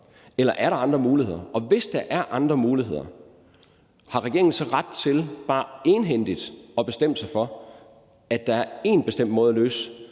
eller er der andre muligheder? Og hvis der er andre muligheder, har regeringen så ret til bare egenhændigt at bestemme sig for, at der er én bestemt måde at løse